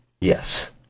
Yes